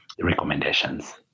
recommendations